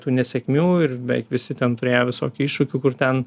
tų nesėkmių ir beveik visi ten turėję visokių iššūkių kur ten